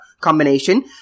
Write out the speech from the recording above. combination